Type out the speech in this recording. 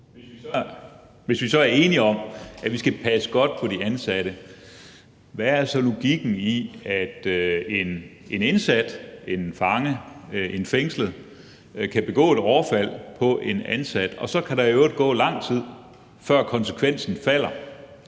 Hvis vi er enige om, at vi skal passe godt på de ansatte, hvad er så logikken i, at en indsat, en fange, en fængslet, kan begå et overfald på en ansat, og at der så i øvrigt kan gå lang tid, før konsekvensen falder?